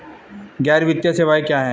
गैर वित्तीय सेवाएं क्या हैं?